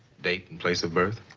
date and place of birth?